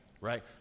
right